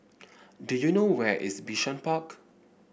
do you know where is Bishan Park